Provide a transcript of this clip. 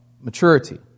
maturity